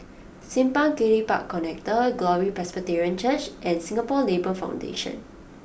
Simpang Kiri Park Connector Glory Presbyterian Church and Singapore Labour Foundation